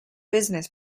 business